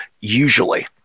Usually